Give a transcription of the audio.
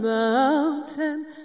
mountains